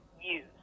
use